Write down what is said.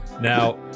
Now